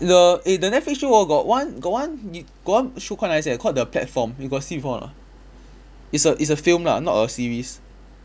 the eh the netflix show hor got one got one n~ got one show quite nice eh called the platform you got see before or not ah it's a it's a film lah not a series